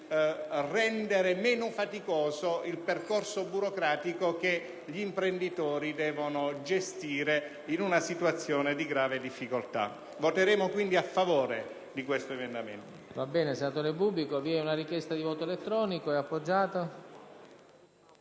rendere meno faticoso il percorso burocratico che gli imprenditori devono seguire in una situazione di grave difficoltà. Voteremo quindi a favore di questo emendamento.